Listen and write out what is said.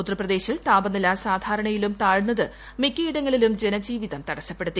ഉത്തർപ്രദേശിൽ താപനില സാധാരണയിലും താഴ്ന്നത് മിക്ക ഇടങ്ങളിലും ജന ജീവിതം തടസപ്പെടുത്തി